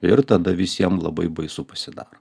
ir tada visiem labai baisu pasidaro